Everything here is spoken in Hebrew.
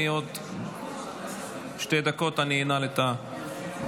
אני בעוד שתי דקות אנעל את הרשימה.